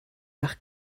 nach